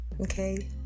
Okay